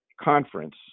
conference